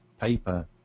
paper